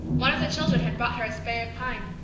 one of the children had brought her a spray of pine,